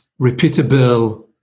repeatable